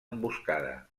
emboscada